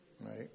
right